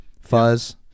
Fuzz